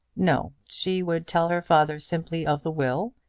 no she would tell her father simply of the will,